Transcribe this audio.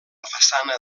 façana